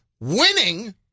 winning